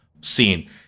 scene